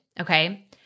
okay